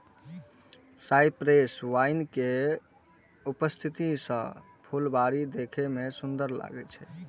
cypress vine के उपस्थिति सं फुलबाड़ी देखै मे सुंदर लागै छै